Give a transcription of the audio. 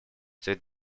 совет